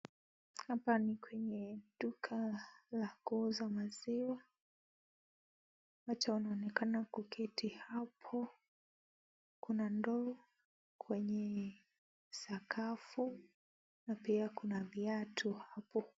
Hapa ni kwenye duka la kuuza maziwa . Watu wanaonenakana kuketi hapo. Kuna ndoo kwenye sakafu na pia kuna viatu hapo.